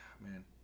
man